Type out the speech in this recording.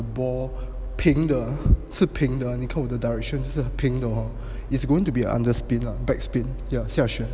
the ball 平的是平的你你看我的 directions 很平的 hor it's going to be under spin back spin 下旋